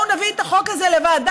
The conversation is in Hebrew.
בואו נביא את החוק הזה לוועדה,